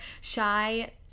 Shy